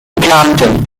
captain